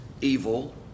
evil